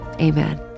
amen